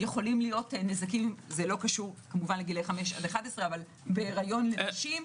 יכולים להיות זה לא קשור כמובן לגילאי 5 עד 11 אבל בהיריון לנשים,